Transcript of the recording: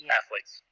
athletes